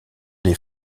les